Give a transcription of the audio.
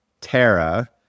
Tara